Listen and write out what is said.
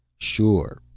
sure,